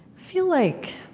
feel like,